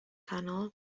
tunnel